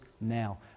now